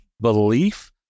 belief